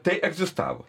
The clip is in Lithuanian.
tai egzistavo